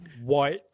white